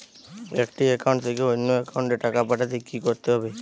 একটি একাউন্ট থেকে অন্য একাউন্টে টাকা পাঠাতে কি করতে হবে?